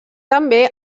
també